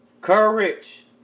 Courage